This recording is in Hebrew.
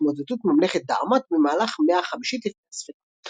להתמוטטות ממלכת דעמת במהלך מאה ה-5 לפנה"ס.